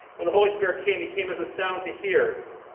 when the holy spirit came, he came as a sound to hear,